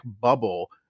bubble